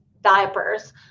diapers